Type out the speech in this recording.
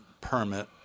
permit